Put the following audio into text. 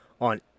on